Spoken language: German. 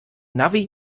navi